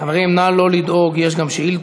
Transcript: חברים, נא לא לדאוג, יש גם שאילתות